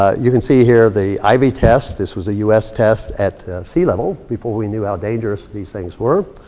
ah you can see here the ivy test. this was a u s. test at sea-level before we knew how dangerous these things were.